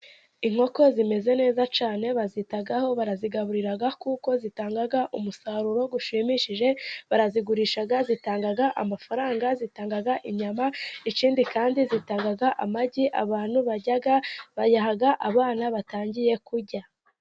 Inkoko zimeze neza cyane, bazitaho, barazigaburira, kuko zitanga umusaruro ushimishije, barazigurisha zitanga amafaranga, zitanga inyama, ikindi kandi zitanga amagi abantu barya, bayaha abana batangiye kurya.